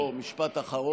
בוא, משפט אחרון.